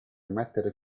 mettere